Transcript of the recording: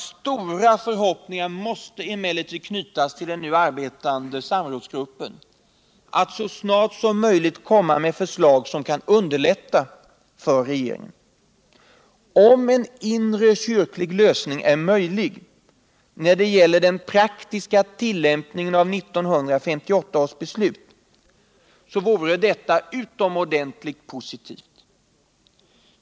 Stora förhoppningar måste emellertid knytas till att den nu arbetande samrådsgruppen så snart som möjligt kan lägga fram förslag som kan underlätta för regeringen. Om en inre kyrklig lösning är möjlig när det gäller den praktiska tillämpningen av 1958 års beslut vore detta utomordentligt positivt.